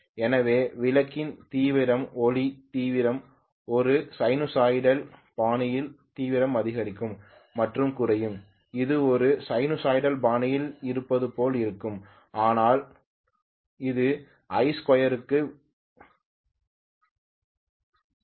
எனவே விளக்கின் தீவிரம் ஒளி தீவிரம் ஒரு சைனூசாய்டல் பாணியில் தீவிரம் அதிகரிக்கும் மற்றும் குறையும் இது ஒரு சைனூசாய்டல் பாணியில் இருப்பது போல் இருக்கும் ஆனால் அது I2 க்கு விகிதாசாரமாகும்